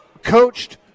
coached